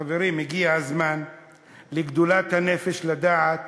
חברים, הגיע הזמן לגדולת הנפש, לדעת